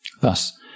Thus